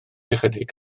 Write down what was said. ychydig